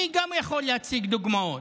גם אני יכול להציג דוגמאות.